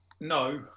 No